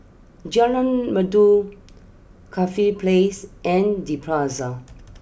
Jalan Merdu Corfe place and the Plaza